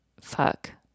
Fuck